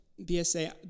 BSA